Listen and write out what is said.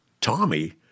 Tommy